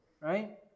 right